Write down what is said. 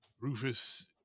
Rufus